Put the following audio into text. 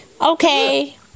Okay